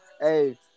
Hey